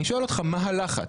אני שואל אותך מה הלחץ,